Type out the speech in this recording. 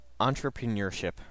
Entrepreneurship